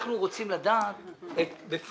ואנחנו רוצים לדעת בפועל,